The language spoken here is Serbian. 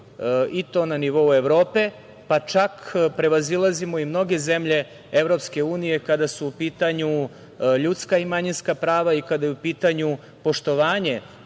i to na nivou Evrope, pa čak prevazilazimo i mnoge zemlje EU kada su u pitanju ljudska i manjinska prava. Kada je u pitanju poštovanje